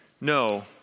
No